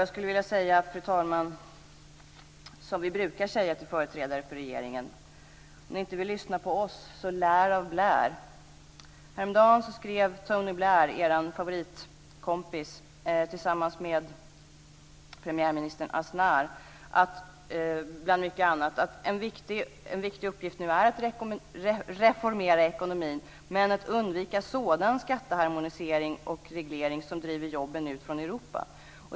Jag skulle vilja säga, som vi brukar säga till företrädare för regeringen, att om regeringen inte vill lyssna på oss så lär av Blair. Häromdagen skrev Tony Blair, er favoritkompis, tillsammans med premiärminister Aznar bland mycket annat att en viktig uppgift nu är att reformera ekonomin men att undvika sådan skatteharmonisering och reglering som driver jobben ut från Europa.